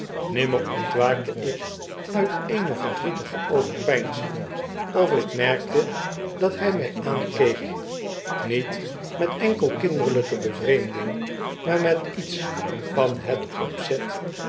mmmer ontwaakte ik uit eene verdrietige overpeinzing of ik merkte dat hy my aankeek niet met enkel kinderlijke bevreemding maar met iets van het opzet